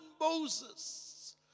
Moses